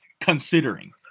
considering